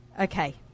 Okay